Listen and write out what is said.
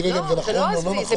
אני לא יודע אם זה נכון או לא נכון.